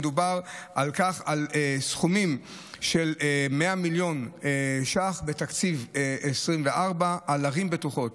מדובר על סכומים של 100 מיליון ש"ח בתקציב 2024 לערים בטוחות,